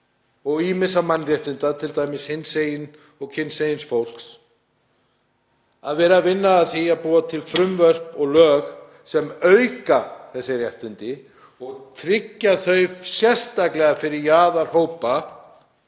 og ýmissa mannréttinda, t.d. hinsegin og kynseigin fólks, að vinna að því að búa til frumvörp til laga sem auka þessi réttindi og tryggja þau sérstaklega fyrir jaðarhópa